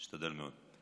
אשתדל מאוד.